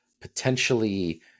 potentially